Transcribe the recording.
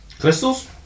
Crystals